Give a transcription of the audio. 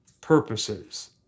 purposes